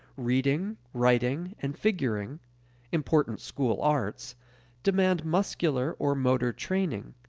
reading, writing, and figuring important school arts demand muscular or motor training.